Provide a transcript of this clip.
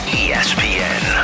espn